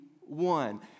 one